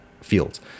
fields